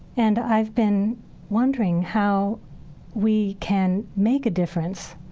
and i've been wondering how we can make a difference.